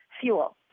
fuel